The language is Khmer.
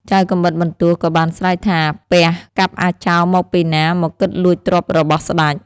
ចៅកាំបិតបន្ទោះក៏បានស្រែកថា "ពះ! កាប់អាចោរមកពីណា មកគិតលួចទ្រព្យរបស់ស្ដេច"។